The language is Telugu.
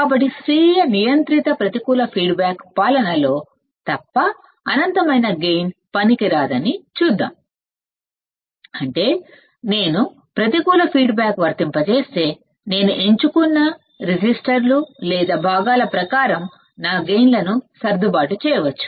కాబట్టి మనం చూద్దాం ఒక్క స్వీయ నియంత్రిత ప్రతికూల ఫీడ్బ్యాక్ పాలనలో తప్పఅనంతమైన గైన్ వ్యర్థమని అంటే నేను ప్రతికూల ఫీడ్బ్యాక్ వర్తింపజేస్తే నేను ఎంచుకున్న రెసిస్టర్లు లేదా భాగాల ప్రకారం నా గైన్ లను సర్దుబాటు చేయవచ్చు